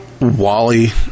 Wally